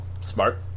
Smart